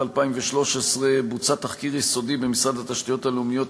2013 בוצע תחקיר יסודי במשרד התשתיות הלאומיות,